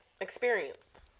experience